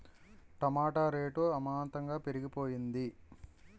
టమాట rate అమాంతంగా పెరిగిపోయింది